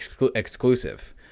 exclusive